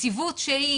נציבות שהיא